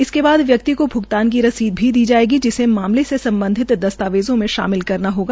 इसके बाद व्यक्ति के भ्गतान की रसीद भी दी जायेगी जिसे मामले से सम्बधित दस्तावेजों में शामिल करना होगा